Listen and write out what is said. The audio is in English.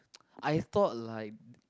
I thought like